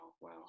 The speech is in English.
wow